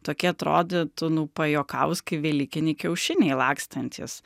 tokie atrodytų nu pajuokavus kaip velykiniai kiaušiniai lakstantys